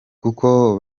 kuko